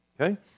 Okay